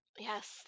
Yes